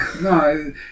No